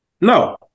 No